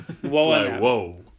Whoa